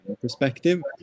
perspective